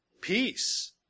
peace